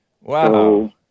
wow